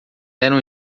eram